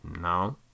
No